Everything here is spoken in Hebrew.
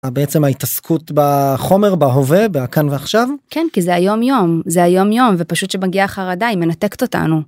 בעצם ההתעסקות בחומר בהווה, בכאן ועכשיו -כן כי זה היום יום, זה היום יום ופשוט כשמגיעה החרדה היא מנתקת אותנו.